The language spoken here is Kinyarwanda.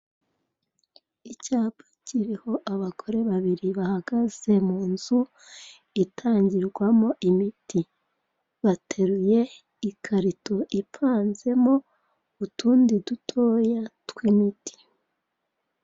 Icyapa kiriho abagore babiri bahagaze mu nzu itangirwamo imiti, bateruye ikarito ipanzemo utundi dutoya tw'imiti.